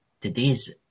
Today's